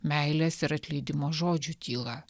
meilės ir atleidimo žodžių tyla